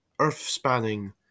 earth-spanning